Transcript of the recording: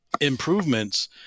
improvements